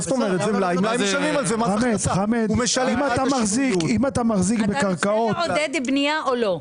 השאלה אם אתה רוצה לעודד בנייה או לא.